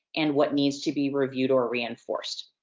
and what needs to be reviewed or reinforced.